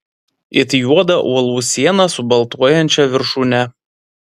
it juodą uolų sieną su baltuojančia viršūne